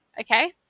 okay